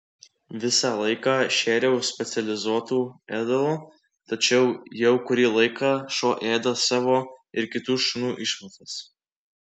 visą laiką šėriau specializuotu ėdalu tačiau jau kurį laiką šuo ėda savo ir kitų šunų išmatas